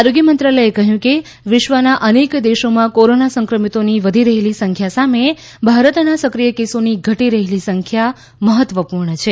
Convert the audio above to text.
આરોગ્ય મંત્રાલયે કહ્યું કે વિશ્વના અનેક દેશોમાં કોરોના સંક્રમિતોની વધી રહેલી સંખ્યા સામે ભારતમાં સક્રિય કેસોની ઘટી રહેલી સંખ્યા મહત્વપૂર્ણ છે